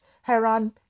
Haran